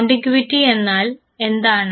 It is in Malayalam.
കോണ്ടിഗ്വിറ്റി എന്നാൽ എന്താണ്